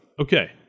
Okay